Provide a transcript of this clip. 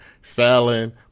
Fallon